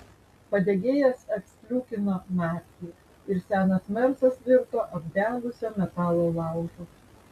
padegėjas atsliūkino naktį ir senas mersas virto apdegusio metalo laužu